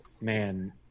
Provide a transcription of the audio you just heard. Man